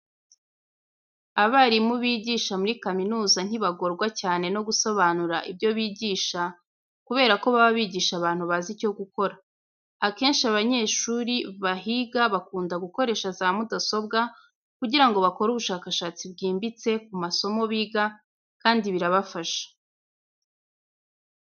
Abarimu bigisha muri kaminuza ntibagorwa cyane no gusobanura ibyo bigisha kubera ko baba bigisha abantu bazi icyo gukora. Akenshi abanyeshuri bahiga bakunda gukoresha za mudasobwa kugira ngo bakore ubushakashatsi bwimbitse ku masomo biga kandi birabafasha.